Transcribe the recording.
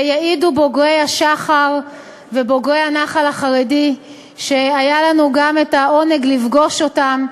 ויעידו בוגרי השח"ר ובוגרי הנח"ל החרדי שהיה לנו העונג לפגוש אותם.